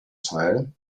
teil